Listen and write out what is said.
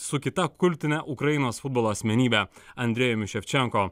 su kita kultine ukrainos futbolo asmenybe andrejumi ševčenko